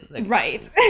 Right